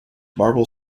marble